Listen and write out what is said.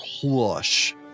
plush